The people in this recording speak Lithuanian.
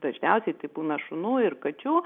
dažniausiai tai būna šunų ir kačių